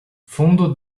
fundo